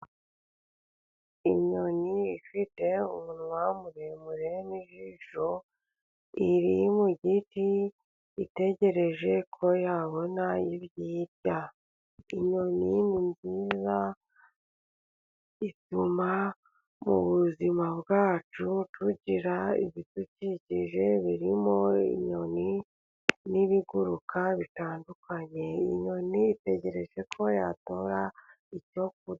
Inyoni ifite umunwa muremure n’ijisho， iri mu giti itegereje ko yabona ibyo irya. Inyoni ni nziza ituma mu buzima bwacu， tugira ibidukikije birimo inyoni n'ibiguruka bitandukanye，inyoni itegereje ko yatora icyo kurya.